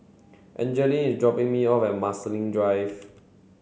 Angeline is dropping me off at Marsiling Drive